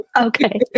Okay